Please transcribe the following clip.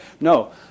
No